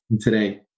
today